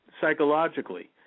psychologically